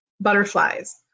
butterflies